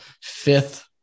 fifth